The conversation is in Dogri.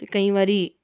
केईं बारी